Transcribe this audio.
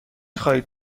خواهید